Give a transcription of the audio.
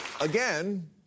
again